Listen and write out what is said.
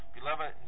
Beloved